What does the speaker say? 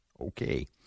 Okay